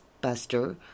Buster